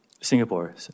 Singapore